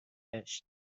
بهشت